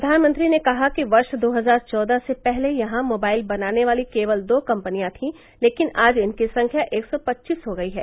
प्रधानमंत्री ने कहा कि वर्ष दो हजार चौदह से पहले यहां मोबाइल बनाने वाली केवल दो कम्पनियां थी लेकिन आज इनकी संख्या एक सौ पच्चीस हो गयी है